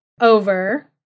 over